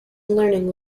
learning